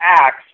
acts